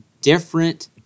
different